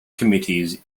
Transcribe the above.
committees